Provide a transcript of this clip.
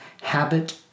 habit